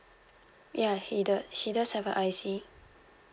ya he does she does have a I_C